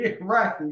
Right